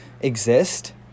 exist